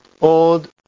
old